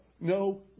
no